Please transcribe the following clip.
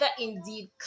indeed